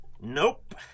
Nope